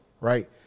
right